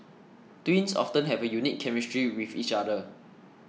twins often have a unique chemistry with each other